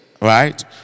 Right